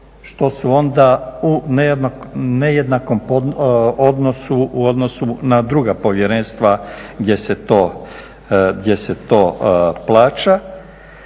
što su onda u nejednakom odnosu u odnosu na druga povjerenstva gdje se to plaća,